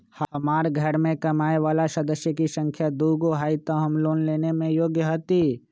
हमार घर मैं कमाए वाला सदस्य की संख्या दुगो हाई त हम लोन लेने में योग्य हती?